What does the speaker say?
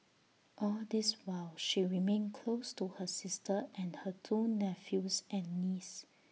all this while she remained close to her sister and her two nephews and niece